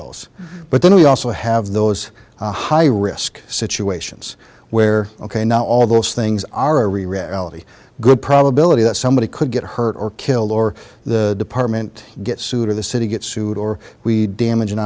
those but then we also have those high risk situations where ok now all those things are a real reality good probability that somebody could get hurt or killed or the department gets sued or the city gets sued or we damage an